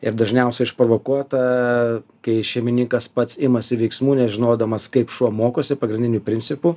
ir dažniausiai išprovokuota kai šeimininkas pats imasi veiksmų nežinodamas kaip šuo mokosi pagrindinių principų